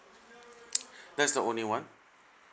that's the only one